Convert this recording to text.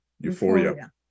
euphoria